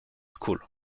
school